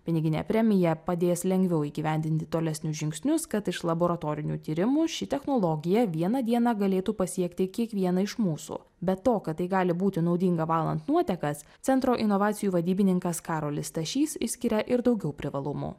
piniginė premija padės lengviau įgyvendinti tolesnius žingsnius kad iš laboratorinių tyrimų ši technologija vieną dieną galėtų pasiekti kiekvieną iš mūsų be to kad tai gali būti naudinga valant nuotekas centro inovacijų vadybininkas karolis stašys išskiria ir daugiau privalumų